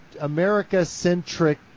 America-centric